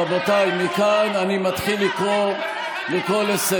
רבותיי, מכאן אני מתחיל לקרוא לסדר.